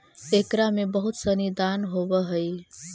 एकरा में बहुत सनी दान होवऽ हइ